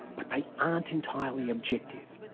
but they aren't entirely objective.